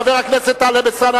חבר הכנסת טלב אלסאנע,